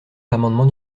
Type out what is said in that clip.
l’amendement